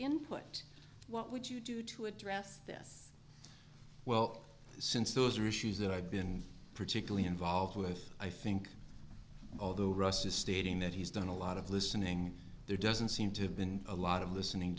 input what would you do to address this well since those are issues that i've been particularly involved with i think although russ is stating that he's done a lot of listening there doesn't seem to have been a lot of listening